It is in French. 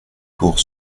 pour